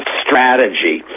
strategy